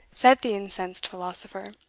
said the incensed philosopher,